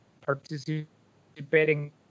participating